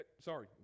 Sorry